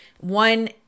One